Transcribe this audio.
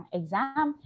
exam